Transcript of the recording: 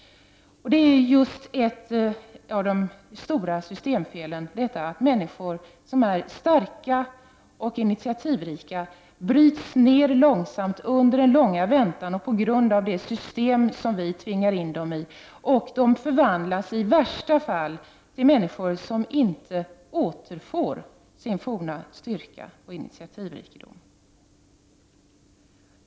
Ett av de stora systemfelen är just detta att människor som är starka och initiativrika bryts ner långsamt under den långa väntan, på grund av det system som de tvingas in i. De förvandlas i värsta fall till människor som inte återfår sin forna styrka och initiativrikedom.